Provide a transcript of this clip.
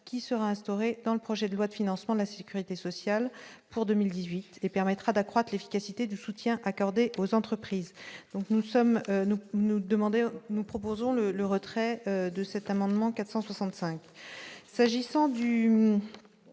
qui sera instauré dans le projet de loi de financement de la Sécurité sociale pour 2018 et permettra d'accroître l'efficacité du soutien accordé aux entreprises, donc nous sommes-nous nous demander, nous